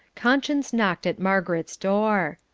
conscience knocked at margaret's door.